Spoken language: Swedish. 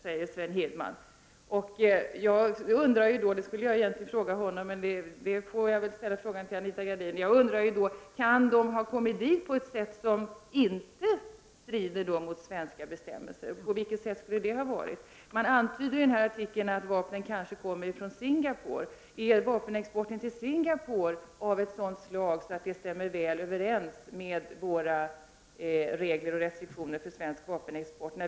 Jag vill ställa följande fråga till Anita Gradin — egentligen skulle jag ha ställt frågan till Sven Hirdman: Kan vapnen ha kommit till Cambodja på ett sätt som inte strider mot svenska bestämmelser? På vilket sätt skulle det då ha skett? Det antyds i artikeln att vapnen kan komma från Singapore. Men är vapenexporten till Singapore av det slaget att den stämmer väl överens med de regler och restriktioner som gäller för svensk vapenexport?